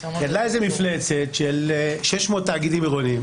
גדלה איזה מפלצת של 600 תאגידים עירוניים,